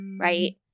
right